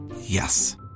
Yes